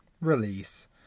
release